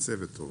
ממצה וטוב.